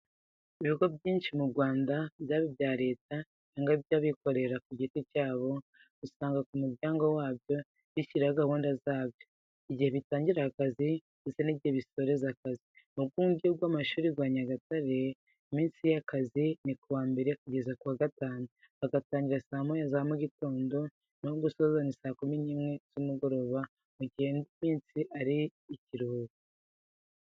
Ibigo byinshi mu Rwanda byaba ibya Leta cyangwa iby'abikorera ku giti cyabo usanga ku muryango wabyo bishyiraho gahunda zabyo, igihe batangirira akazi ndetse n'igihe basoreza akazi. Mu rwunge rw'amashuri rwa Nyagatare rero, iminsi y'akazi ni kuwa mbere kugera kuwa gatanu bagatangira saa moya za mugitondo naho gusoza ni saa kumi n'imwe y'umugoroba mu gihe indi minsi ari ikiruhuko.